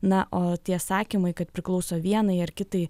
na o tie sakymai kad priklauso vienai ar kitai